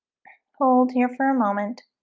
hold here for a moment